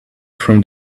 from